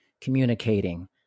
Communicating